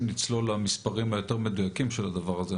נצלול למספרים המדויקים יותר של הדבר הזה.